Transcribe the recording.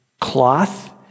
cloth